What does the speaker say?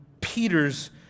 Peter's